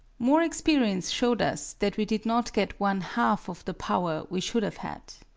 more experience showed us that we did not get one-half of the power we should have had.